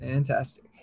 Fantastic